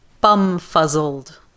bum-fuzzled